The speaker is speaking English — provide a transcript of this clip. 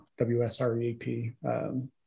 WSREAP